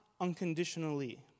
unconditionally